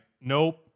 nope